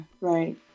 Right